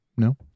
No